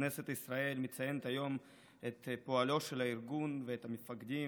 כנסת ישראל מציינת היום את פועלו של הארגון ואת המפקדים